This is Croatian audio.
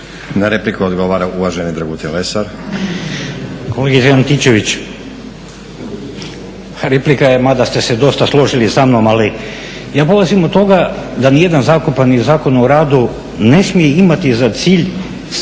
laburisti - Stranka rada)** Kolegice Antičević, replika je mada ste se dosta složili sa mnom, ali ja polazim od toga da ni jedan zakon, pa ni Zakon o radu ne smije imati za cilj